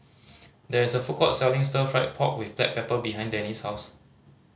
there is a food court selling Stir Fry pork with the black pepper behind Denny's house